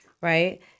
right